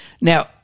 now